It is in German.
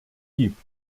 gibt